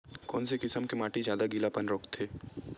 कोन से किसम के माटी ज्यादा गीलापन रोकथे?